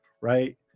Right